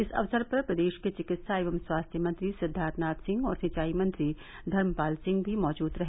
इस अवसर पर प्रदेश के चिकित्सा एवं स्वास्थ्य मंत्री सिद्वार्थनाथ सिंह और सिंचाई मंत्री धर्मपाल सिंह भी मौजूद रहे